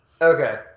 Okay